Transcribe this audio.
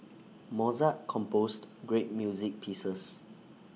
Mozart composed great music pieces